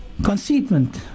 conceitment